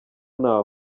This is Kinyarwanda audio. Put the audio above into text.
ntaho